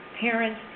parents